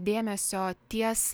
dėmesio ties